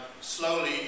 slowly